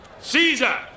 Caesar